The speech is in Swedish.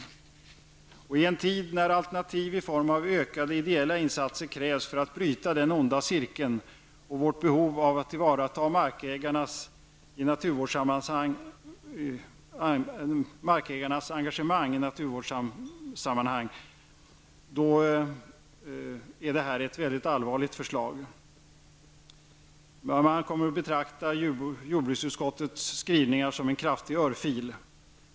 Detta är ett allvarligt förslag i en tid när alternativ i form av ökade ideella insatser krävs för att bryta den onda cirkeln och då vårt behov att tillvarata markägarnas engagemang är stort. Man kommer att betrakta jordbruksutskottets skrivningar som en kraftig örfil.